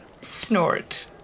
snort